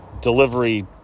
delivery